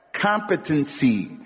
competency